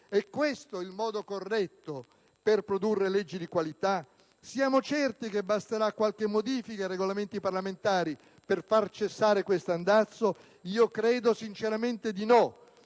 È questo un modo corretto per produrre leggi di qualità? Siamo certi che basterà qualche modifica ai Regolamenti parlamentari per far cessare questo andazzo? Credo sinceramente di no.